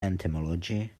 entomology